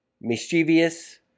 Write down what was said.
mischievous